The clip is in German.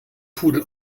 pudel